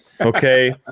okay